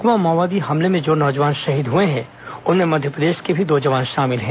सुकमा माओवादी हमले में जो नौ जवान शहीद हुए हैं उनमें मध्यप्रदेश के भी दो जवान शामिल हैं